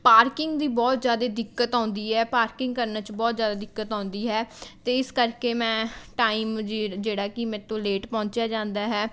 parking ਦੀ ਬਹੁਤ ਜ਼ਿਆਦਾ ਦਿੱਕਤ ਆਉਂਦੀ ਹੈ ਪਾਰਕਿੰਗ ਕਰਨ 'ਚ ਬਹੁਤ ਜ਼ਿਆਦਾ ਦਿੱਕਤ ਆਉਂਦੀ ਹੈ ਅਤੇ ਇਸ ਕਰਕੇ ਮੈਂ ਟਾਈਮ ਜੀ ਜਿਹੜਾ ਕਿ ਮੈ ਤੋਂ ਲੇਟ ਪਹੁੰਚਿਆ ਜਾਂਦਾ ਹੈ